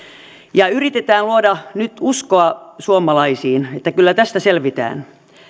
ja yritetään luoda nyt uskoa suomalaisiin että kyllä tästä selvitään